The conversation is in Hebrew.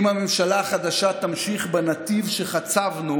אם הממשלה החדשה תמשיך בנתיב שחצבנו,